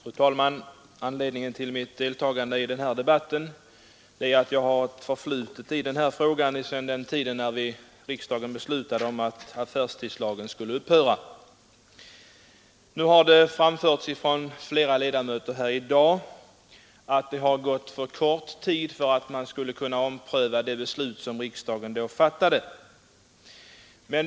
Fru talman! Anledningen till mitt deltagande i debatten är att jag har ett förflutet i denna fråga sedan den tiden då riksdagen beslutade om att affärstidslagen skulle upphöra. Det har sagts av flera ledamöter här i dag att det har gått för kort tid för att man skulle ompröva det beslut som riksdagen då fattade.